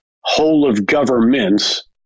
whole-of-governments